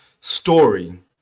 story